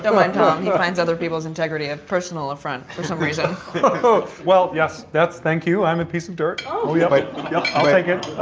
but my dog finds other people's integrity and personal affront for some reason oh well yes that's thank you. i'm a piece of dirt. oh yeah. like oh i get